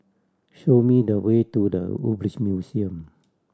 show me the way to The Woodbridge Museum